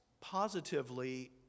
positively